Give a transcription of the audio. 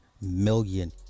million